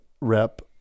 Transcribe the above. rep